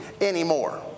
anymore